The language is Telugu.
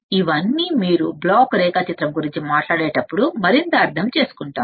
ఇవన్నీ మీరు బ్లాక్ రేఖాచిత్రం గురించి మాట్లాడేటప్పుడు మరింత అర్థం చేసుకుంటారు